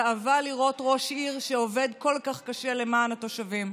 גאווה לראות ראש עיר שעובד כל כך קשה למען התושבים.